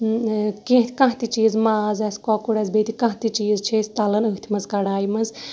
ٲم اے کیٚنٛہہ کانہہ تہٕ چیز ماز آسہِ کۄکُڑ آسہِ بیٚیہِ تہِ کانہہ تہِ چیز چھِ أسۍ تَلان أتھۍ منٛز کَڑایہِ منٛز